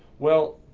well,